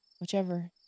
whichever